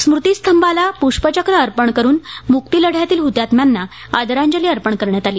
स्मृतीस्तंभाला पुष्पचक्र अर्पण करून मुक्तीलढ्यातील ह्तात्म्यांना आदराजली अर्पण करण्यात आली